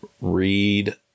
read